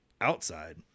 outside